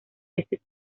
veces